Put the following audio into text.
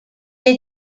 est